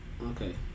Okay